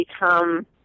become